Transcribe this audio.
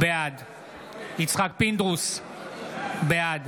בעד יצחק פינדרוס, בעד